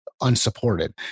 unsupported